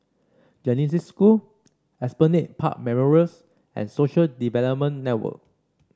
Genesis School Esplanade Park Memorials and Social Development Network